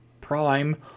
Prime